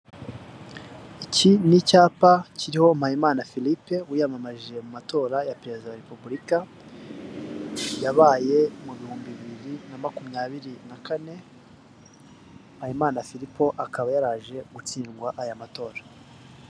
Iki ni icyapa kiriho Mpayimana Philippe wiyamamarije mu matora ya perezida wa repubulika yabaye mu bihumbi bibiri na makumyabiri na kane, Mpabimana Phillipe akaba yaraje gutsindwa aya matora.